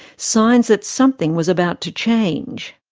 signs that something was about to change?